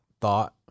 thought